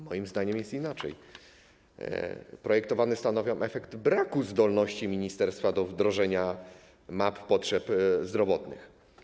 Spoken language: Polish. Moim zdaniem jest inaczej: projektowane zmiany stanowią efekt braku zdolności ministerstwa do wdrożenia map potrzeb zdrowotnych.